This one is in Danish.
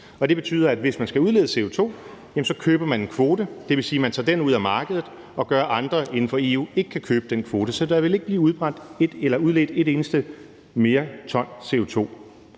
Det betyder, at hvis man skal udlede CO2, jamen så køber man en kvote – det vil sige, at man tager den ud af markedet og gør, at andre inden for EU ikke kan købe den kvote. Så der ville ikke blive udledt et eneste ton CO2